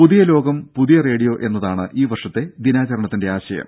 പുതിയ ലോകം പുതിയ റേഡിയോ എന്നതാണ് ഈ വർഷത്തെ ദിനാചരണത്തിന്റെ ആശയം